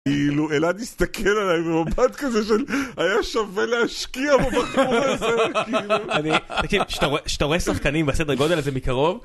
כאילו אלעד הסתכל עליי עם מבט כזה של היה שווה להשקיע בו בחרורה הזה, כאילו. אני... תקשיב, כשאתה רואה שחקנים בסדר גודל הזה מקרוב...